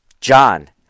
John